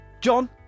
John